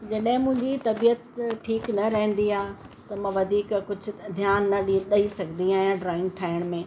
जॾहिं मुंहिंजी तबीअत ठीकु न रहंदी आहे त मां वधीक कुझु ध्यानु न ॾी ॾेई सघंदी आहियां ड्रॉइंग ठाहिण में